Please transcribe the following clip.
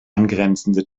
angrenzende